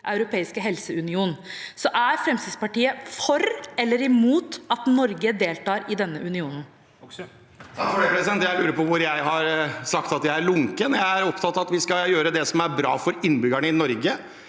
europeiske helseunionen: Er Fremskrittspartiet for eller imot at Norge deltar i denne unionen? Bård Hoksrud (FrP) Jeg lurer på hvor jeg har sagt at jeg er lunken? Jeg er opptatt av at vi skal gjøre det som er bra for innbyggerne i Norge,